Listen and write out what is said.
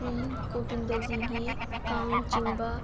ꯁ꯭ꯔꯤ ꯒꯣꯚꯤꯟꯗꯖꯤꯒꯤ ꯀꯥꯡ ꯆꯤꯡꯕ